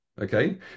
okay